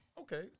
Okay